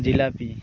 jalebi